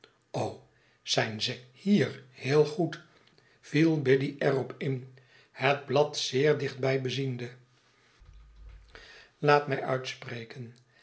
zijn ze hier heel goed viel biddy er op in het blad zeer dichtbij beziende laat mij uitspreken